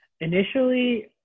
initially